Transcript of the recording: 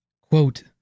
quote